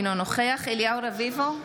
אינו נוכח אליהו רביבו,